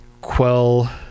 quell